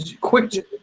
quick